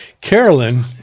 Carolyn